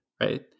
Right